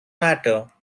matter